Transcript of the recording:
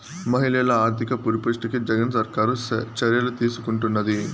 మహిళల ఆర్థిక పరిపుష్టికి జగన్ సర్కారు చర్యలు తీసుకుంటున్నది